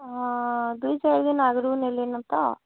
ହଁ ଦୁଇ ଚାରି ଦିନ ଆଗରୁ ନେଲେଣି ତ